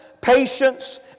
patience